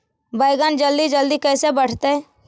बैगन जल्दी जल्दी कैसे बढ़तै?